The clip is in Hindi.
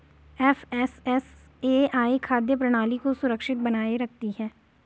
एफ.एस.एस.ए.आई खाद्य प्रणाली को सुरक्षित बनाए रखती है